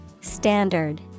Standard